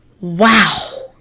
wow